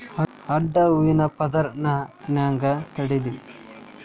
ಅಡ್ಡ ಹೂವಿನ ಪದರ್ ನಾ ಹೆಂಗ್ ತಡಿಲಿ?